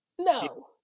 No